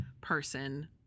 person